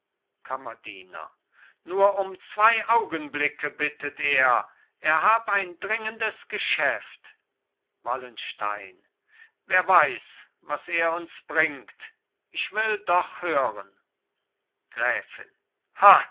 kammerdiener nur um zwei augenblicke bittet er er hab ein dringendes geschäft wallenstein wer weiß was er uns bringt ich will doch hören gräfin